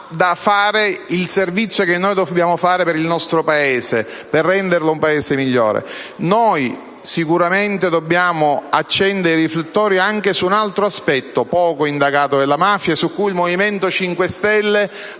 a fare il servizio che dobbiamo fare per il nostro Paese, per renderlo un Paese migliore. Sicuramente dobbiamo accendere i riflettori anche su un altro aspetto poco indagato della mafia, su cui il Movimento 5 Stelle